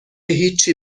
هیچی